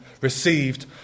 received